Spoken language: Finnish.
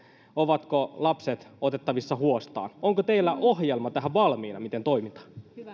ovatko lapset otettavissa huostaan onko teillä ohjelma tähän valmiina miten toimitaan